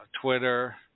Twitter